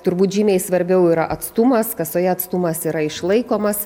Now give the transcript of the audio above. turbūt žymiai svarbiau yra atstumas kasoje atstumas yra išlaikomas